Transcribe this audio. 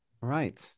right